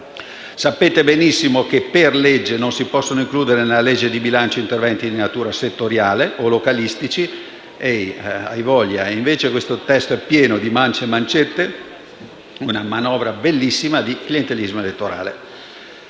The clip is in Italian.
Sapete benissimo che per legge non si possono includere nel disegno di legge di bilancio interventi di natura settoriale o localistici e, invece, il testo è pieno di mance e mancette. È una manovra bellissima di clientelismo elettorale.